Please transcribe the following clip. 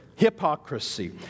hypocrisy